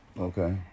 Okay